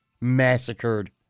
massacred